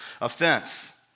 offense